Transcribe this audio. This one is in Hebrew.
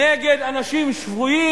נגד אנשים שבויים,